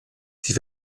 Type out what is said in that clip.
sie